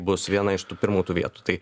bus viena iš tų pirmų tų vietų tai